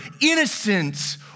innocent